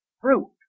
fruit